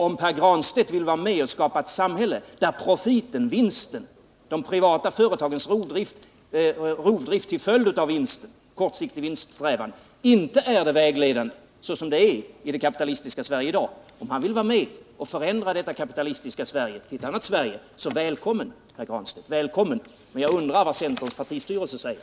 Om Pär Granstedt vill vara med och skapa ett samhälle där profiten, vinsten, de privata företagens rovdrift till följd av kortsiktig vinststrävan, inte är det vägledande, såsom det är i det kapitalistiska Sverige av i dag, om han vill förändra detta kapitalistiska Sverige till ett annat Sverige, så välkommen — men jag undrar vad centerns partistyrelse säger.